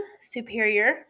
Superior